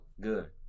good